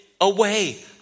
away